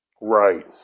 Right